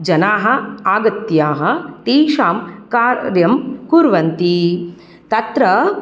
जनाः आगत्य तेषां कार्यं कुर्वन्ति तत्र